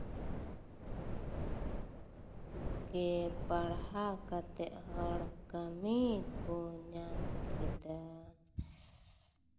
ᱜᱮ ᱯᱟᱲᱦᱟᱣ ᱠᱟᱛᱮᱫ ᱦᱚᱲ ᱠᱟᱹᱢᱤ ᱠᱚ ᱧᱟᱢ ᱠᱮᱫᱟ